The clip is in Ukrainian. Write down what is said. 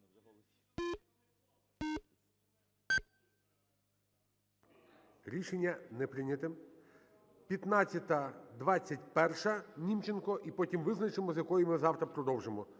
Рішення не прийнято. 1521, Німченко. І потім визначимося, з якої ми завтра продовжимо.